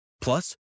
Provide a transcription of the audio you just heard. Plus